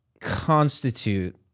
constitute